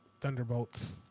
thunderbolts